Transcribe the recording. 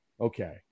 Okay